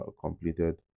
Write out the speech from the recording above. completed